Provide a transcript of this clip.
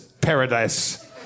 paradise